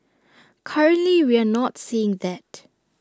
currently we are not seeing that